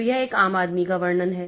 तो यह एक आम आदमी का वर्णन है